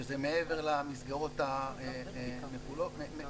שזה מעבר למסגרות המקובלות,